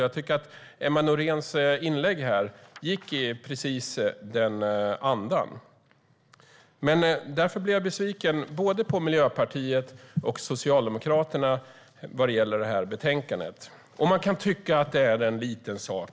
Jag tycker att Emma Nohréns inlägg var i precis den andan. Därför blev jag besviken både på Miljöpartiet och på Socialdemokraterna vad gäller betänkandet. Man kan tycka att det är en liten sak.